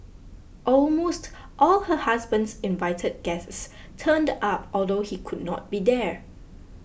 almost all her husband's invited guests turned up although he could not be there